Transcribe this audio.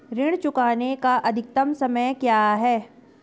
ऋण चुकाने का अधिकतम समय क्या है?